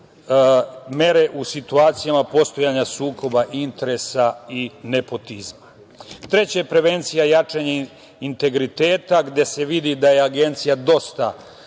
mere u situacijama postojanja sukoba interesa i nepotizma. Treće, prevencija i jačanje integriteta gde se vidi da je Agencija dosta